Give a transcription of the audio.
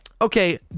Okay